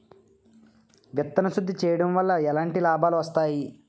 విత్తన శుద్ధి చేయడం వల్ల ఎలాంటి లాభాలు వస్తాయి?